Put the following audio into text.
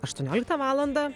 aštuonioliktą valandą